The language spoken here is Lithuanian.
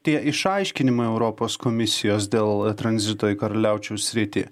tie išaiškinimai europos komisijos dėl tranzito į karaliaučiaus sritį